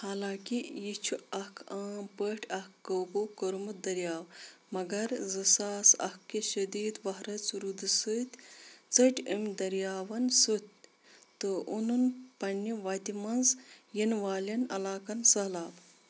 حالانٛکہِ یہِ چھُ اکھ عام پٲٹھۍ اکھ قٲبوٗ كوٚرمُت دٔریاو مگر زٕ ساس اکھ کہِ شدیٖد وَہرٲژ روٗدٕ سۭتۍ ژٕٹۍ أمۍ دٔریاون سوتھۍ تہٕ اوٚنُن پننہِ وتہِ مَنٛز یِنہٕ والٮ۪ن علاقن سٔہلاب